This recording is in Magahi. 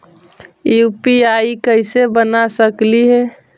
यु.पी.आई कैसे बना सकली हे?